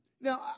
Now